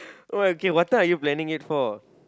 uh but okay what time are you planning it for